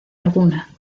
alguna